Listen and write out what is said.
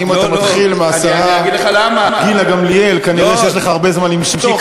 אם אתה מתחיל מהשרה גמליאל כנראה יש לך הרבה זמן למשוך.